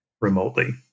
remotely